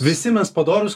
visi mes padorūs